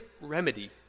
remedy